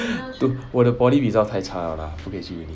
我的 poly results 太差 liao lah 不可以去 uni